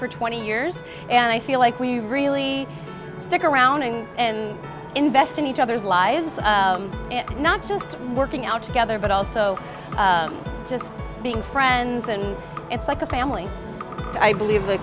for twenty years and i feel like we really stick around in and invest in each other's lives not just working out together but also just being friends and it's like a family i believe the